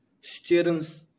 students